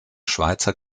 schweizer